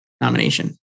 nomination